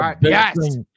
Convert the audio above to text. yes